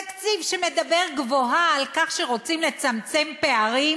תקציב שמדבר גבוהה על כך שרוצים לצמצם פערים,